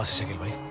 ah shakeel bhai,